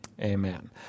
amen